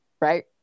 right